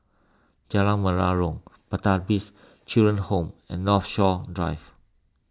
Jalan Menarong Pertapis Children Home and Northshore Drive